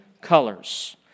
colors